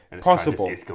Possible